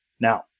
Now